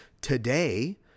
today